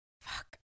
Fuck